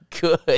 good